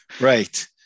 Right